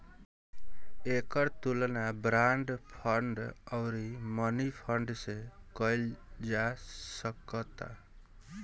एकर तुलना bond fund अउरी money fund से कईल जा सकता